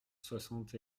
soixante